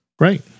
right